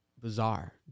bizarre